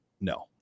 No